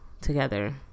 together